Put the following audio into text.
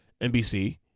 NBC